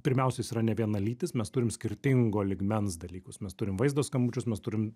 pirmiausia jis yra nevienalytis mes turim skirtingo lygmens dalykus mes turim vaizdo skambučius mes turim